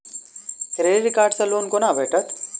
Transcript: Credit card सँ loan कोना भेटत?